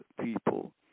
people